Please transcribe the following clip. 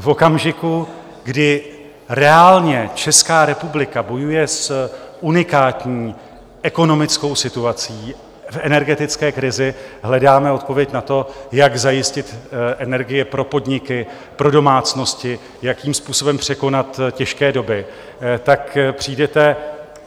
V okamžiku, kdy reálně Česká republika bojuje s unikátní ekonomickou situací v energetické krizí, hledáme odpověď na to, jak zajistit energie pro podniky, pro domácnosti, jakým způsobem překonat těžké doby, přijdete